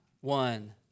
one